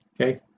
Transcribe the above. okay